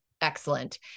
excellent